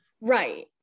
Right